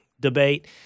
debate